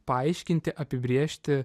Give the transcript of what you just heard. paaiškinti apibrėžti